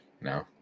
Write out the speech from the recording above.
No